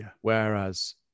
Whereas